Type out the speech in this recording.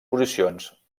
posicions